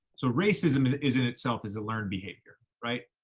so racism is in itself is a learned behavior, right?